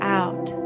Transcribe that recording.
out